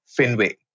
Finway